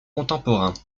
contemporains